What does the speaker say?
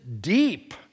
deep